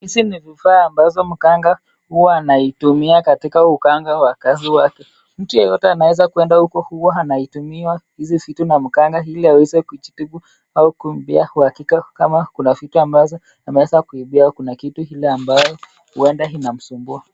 Hizi ni vifaa ambazo mganga huwa anaitumia katika uganga wa kazi yake ,mtu yeyote anaweza kuenda huko huwa anaitumia hizi vitu na mganga ili aweze kujitibu au kujua kwa uhakika kama kuna vitu ambazo ameweza kuibiwa au kuna kiti kile ambayo huenda kina msumbua.